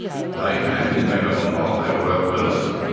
they came in, they got involved, they worked with us.